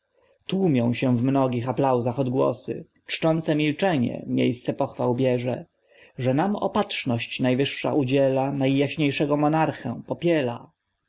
tłumią się w mnogich aplauzach odgłosy czczące milczenie miejsce pochwał bierze że nam opatrzność najwyższa udziela najjaśniejszego monarchę popiela